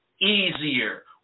easier